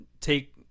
take